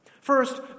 First